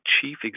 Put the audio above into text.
Chief